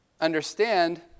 understand